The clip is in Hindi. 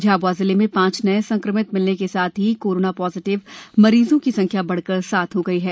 झाब्आ जिले में पांच नए संक्रमित मिलने के साथ ही कोरोना पॉजिटिव मरीजों की संख्या बढ़कर सात हो गयी है